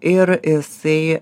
ir isai